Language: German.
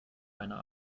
einer